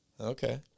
Okay